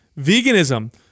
veganism